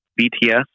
BTS